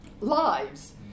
lives